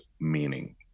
meaning